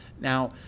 Now